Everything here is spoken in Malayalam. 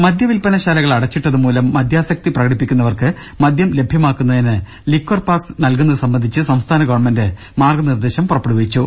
ദരദ മദ്യവിൽപ്പന ശാലകൾ അടച്ചിട്ടത് മൂലം മദ്യാസക്തി പ്രകടിപ്പിക്കുന്നവർക്ക് മദ്യം ലഭ്യമാക്കുന്നതിന് ലിക്വർ പാസ് നൽകുന്നത് സംബന്ധിച്ച് സംസ്ഥാന ഗവൺമെന്റ് മാർഗനിർദേശം പുറപ്പെടുവിച്ചു